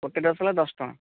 ଗୋଟିଏ ରସଗୋଲା ଦଶ ଟଙ୍କା